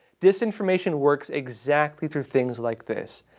disinformation works exactly through things like this.